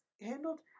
handled